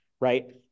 right